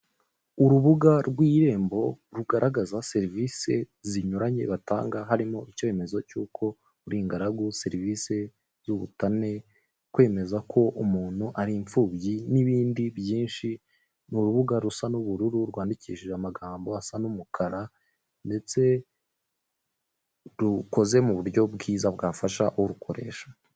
Urubuga rw'Irembo rugaragaza serivise zinyuranye batanga harimo icyemezo cyuko uri ingaragu, serivise z'ubutane, kwemeza ko umuntu ari imfubyi n'ibindi byinshi n'urubuga rusa n'ubururu rwandikishije amagambo asa n'imikara ndetse rukoze mu buryo bwiza bwafasha urukoresha.